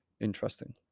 Interesting